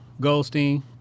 Goldstein